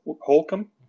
Holcomb